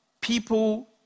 People